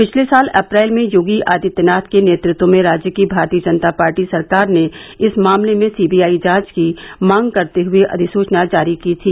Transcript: पिछले साल अप्रैल में योगी आदित्यनाथ के नेतृत्व में राज्य की भारतीय जनता पार्टी सरकार ने इस मामले में सीबीआई जांच की मांग करते हुए अधिसूचना जारी की थी